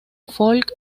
folk